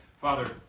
Father